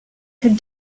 could